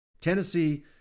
Tennessee